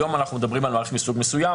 היום אנחנו מדברים על מערכת מסוג מסוים.